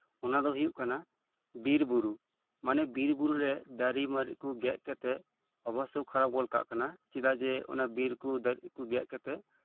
ᱚᱱᱟ ᱫᱚ ᱦᱩᱭᱩᱜ ᱠᱟᱱᱟ ᱵᱤᱨ ᱵᱩᱨᱩ ᱢᱟᱱᱮ ᱵᱤᱨ ᱵᱩᱨᱩ ᱨᱮ ᱫᱟᱨᱮ ᱢᱟᱨᱮ ᱠᱚ ᱜᱮᱛ ᱠᱟᱛᱮᱜ ᱚᱵᱚᱥᱛᱷᱟ ᱠᱚ ᱠᱷᱟᱨᱟᱯ ᱜᱚᱜ ᱠᱟᱱᱟ ᱪᱮᱫᱟᱜ ᱡᱮ ᱵᱤᱨ ᱠᱚ ᱫᱟᱨᱮ ᱠᱚ ᱜᱮᱛ ᱠᱟᱛᱮᱜ